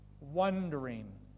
wondering